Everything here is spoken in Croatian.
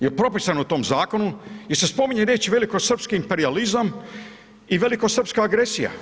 Jel propisano u tom zakonu, jel se spominje riječ velikosrpski imperijalizam i velikosrpska agresija?